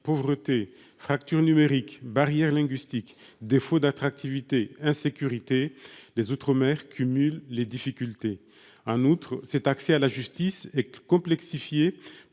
pauvreté, fracture numérique, barrières linguistiques, défaut d'attractivité et insécurité, les outre-mer cumulent les difficultés. En outre, l'accès à la justice y est complexifié